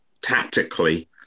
tactically